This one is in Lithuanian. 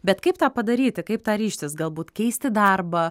bet kaip tą padaryti kaip tą ryžtis galbūt keisti darbą